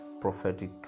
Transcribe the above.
prophetic